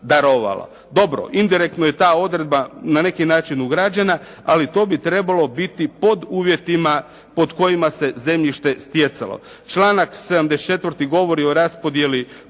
Dobro, indirektno je ta odredba na neki način ugrađena, ali to bi trebalo biti pod uvjetima pod kojima se zemljište stjecalo. Članak 74. govori o raspodijeli,